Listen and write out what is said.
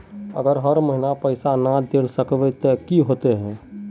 अगर हर महीने पैसा ना देल सकबे ते की होते है?